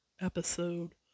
episode